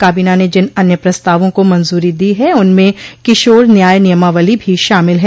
काबीना ने जिन अन्य प्रस्तावों को मंजूरी दी है उनमें किशोर न्याय नियमावली भी शामिल है